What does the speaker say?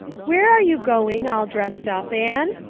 where are you going, all dressed up, anne?